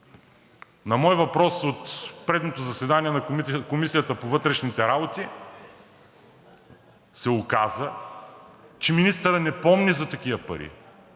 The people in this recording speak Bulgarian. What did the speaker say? На мой въпрос от предното заседание на Комисията по вътрешните работи се оказа, че министърът не помни за такива пари.